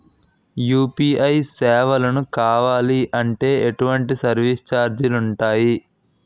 UPI సేవలను కావాలి అంటే ఎటువంటి సర్విస్ ఛార్జీలు ఉంటాయి?